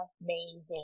amazing